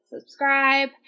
subscribe